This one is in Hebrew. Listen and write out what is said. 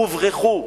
הוברחו,